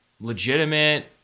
legitimate